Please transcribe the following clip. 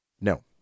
No